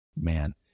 man